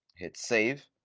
hit save.